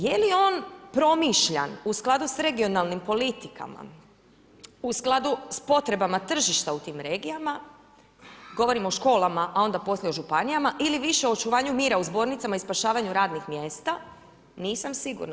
Je li on promišljan u skladu sa regionalnim politikama, u skladu sa potrebama tržišta u tim regijama, govorim o školama, a onda poslije o županijama ili više o očuvanju mira u zbornicama i spašavanju radnih mjesta nisam sigurna.